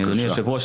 אדוני היושב-ראש,